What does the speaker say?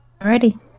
Alrighty